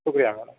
شکریہ میڈم